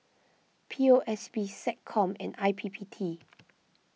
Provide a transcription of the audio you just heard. P O S B SecCom and I P P T